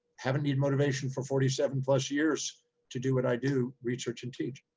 haven't needed motivation for forty seven plus years to do what i do, research and teach.